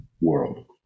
world